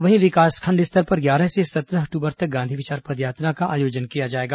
वहीं विकासखंड स्तर पर ग्यारह से सत्रह अक्टूबर तक गांधी विचार पदयात्रा का आयोजन किया जाएगा